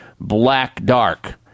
black-dark